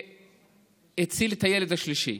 והציל את הילד השלישי.